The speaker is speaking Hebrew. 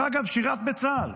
שאגב שירת בצה"ל,